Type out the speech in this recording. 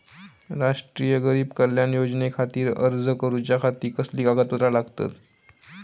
राष्ट्रीय गरीब कल्याण योजनेखातीर अर्ज करूच्या खाती कसली कागदपत्रा लागतत?